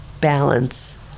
balance